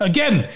Again